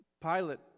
Pilate